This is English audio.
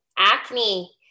Acne